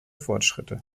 fortschritte